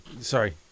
Sorry